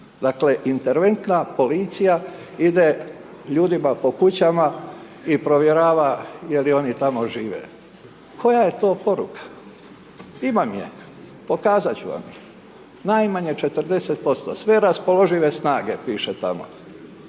Dakle, interventna policija ide ljudima po kućama i provjerava je li oni tamo žive. Koja je to poruka? Imam je, pokazati ću vam je, najmanje 40%. Sve raspoložive snage, piše tamo,